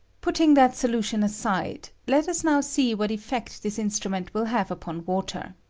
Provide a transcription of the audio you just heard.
putting that solution aside, let us now see what effect this instrument will have upon water.